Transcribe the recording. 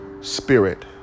spirit